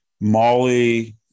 Molly